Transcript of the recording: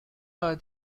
are